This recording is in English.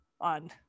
on